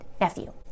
nephew